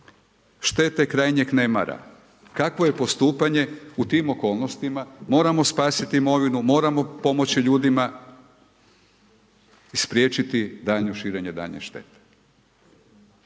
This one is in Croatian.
šteta krajnjeg nemara. Kakvo je postupanja u tim okolnostima, moramo spasiti imovinu, moramo pomoći ljudima, i spriječiti daljnje širenje duljenje štete.